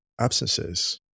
absences